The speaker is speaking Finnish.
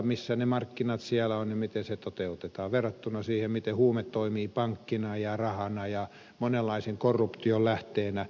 missä ne markkinat siellä ovat ja miten se toteutetaan verrattuna siihen miten huume toimii pankkina ja rahana ja monenlaisen korruption lähteenä